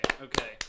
Okay